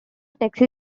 taxi